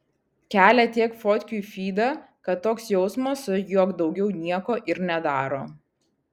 kelia tiek fotkių į fydą kad toks jausmas jog daugiau nieko ir nedaro